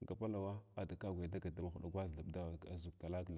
magapakwa ada ka agwuya dagat dama huɗa gwaʒa thaɓ aʒu ktulak thab.